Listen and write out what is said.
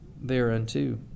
thereunto